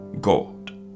god